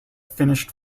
finished